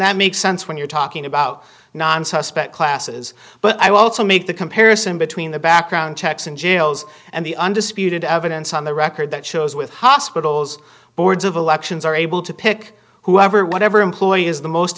that makes sense when you're talking about non suspect classes but i also make the comparison between the background checks and jails and the undisputed evidence on the record that shows with hospitals boards of elections are able to pick whoever whatever employee is the most